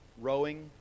rowing